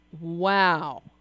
Wow